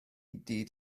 dydd